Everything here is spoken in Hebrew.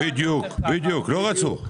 בדיוק, לא רצו.